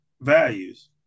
values